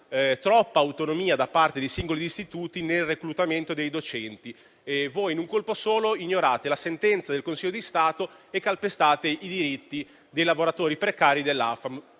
troppa autonomia da parte dei singoli istituti nel reclutamento dei docenti. Voi, in un colpo solo, ignorate la sentenza del Consiglio di Stato e calpestate i diritti dei lavoratori precari dell'AFAM.